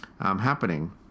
happening